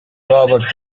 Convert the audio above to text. robert